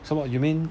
so you mean